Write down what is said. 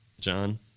John